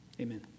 amen